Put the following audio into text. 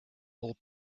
old